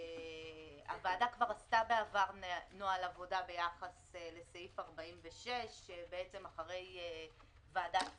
הוועדה כבר עשתה בעבר נוהל עבודה ביחס לסעיף 46 אחרי ועדת פריש.